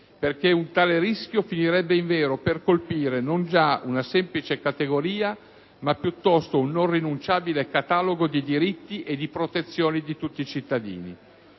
Un tale rischio finirebbe invero per colpire non già una semplice categoria, ma piuttosto un non rinunciabile catalogo di diritti e di protezioni di tutti i cittadini.